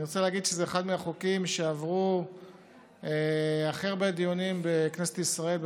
אני רוצה להגיד שזה אחד מהחוקים שעברו הכי הרבה דיונים בכנסת ישראל,